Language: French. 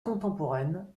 contemporaine